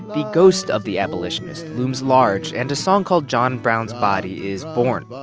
the ghost of the abolitionist looms large. and a song called john brown's body is born.